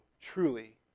truly